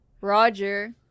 Roger